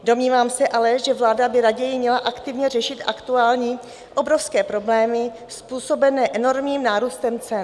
Domnívám se ale, že vláda by raději měla aktivně řešit aktuální obrovské problémy způsobené enormním nárůstem cen.